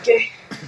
okay